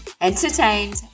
entertained